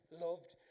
loved